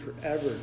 forever